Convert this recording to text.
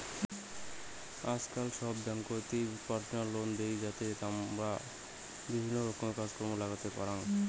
আজকাল সব ব্যাঙ্ককোতই পার্সোনাল লোন দেই, জেতাতে তমরা বিভিন্ন রকমের কাজ কর্ম লাগাইতে পারাং